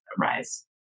rise